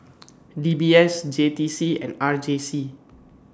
D B S J T C and R J C